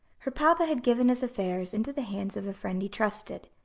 her papa had given his affairs into the hands of a friend he trusted.